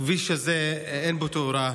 בכביש הזה אין תאורה.